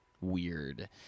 weird